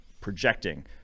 projecting